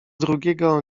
drugiego